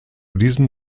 diesem